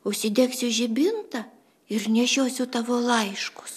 užsidegsiu žibintą ir nešiosiu tavo laiškus